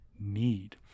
need